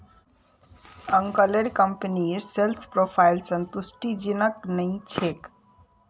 अंकलेर कंपनीर sales profile संतुष्टिजनक नी छोक